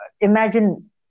imagine